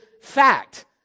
fact